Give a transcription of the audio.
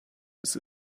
his